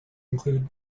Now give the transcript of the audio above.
include